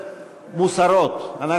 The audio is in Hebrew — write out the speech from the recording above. לא,